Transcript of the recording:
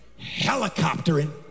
helicoptering